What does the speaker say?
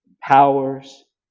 powers